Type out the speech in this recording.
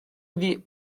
iddi